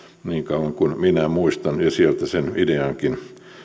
niin kauan kuin minä muistan ja sieltä sen ideankin